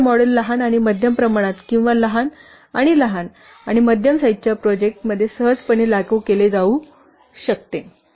तसेच हे मॉडेल लहान आणि मध्यम प्रमाणात किंवा लहान आणि लहान आणि मध्यम साईजच्या प्रोजेक्ट सहजपणे लागू केले जाऊ शकते